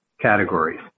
categories